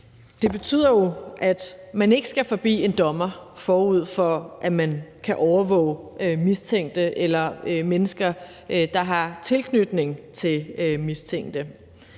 Det betyder jo, at man ikke skal forbi en dommer, forud for at man kan overvåge mistænkte eller mennesker, der har tilknytning til mistænkte.